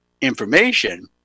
information